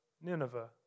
Nineveh